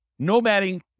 nomading